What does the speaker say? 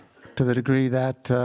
to the degree that